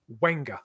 Wenger